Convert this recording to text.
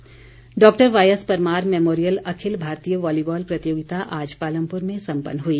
खेल doctor Y S Parmar memorial अखिल भारतीय वॉलीबॉल प्रतियोगिता आज पालमपुर में सम्पन्न हुई